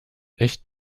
echt